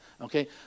Okay